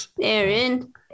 Aaron